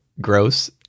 Gross